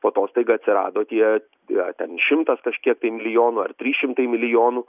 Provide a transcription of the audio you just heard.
po to staiga atsirado tie ten šimtas kažkiek milijonų ar trys šimtai milijonų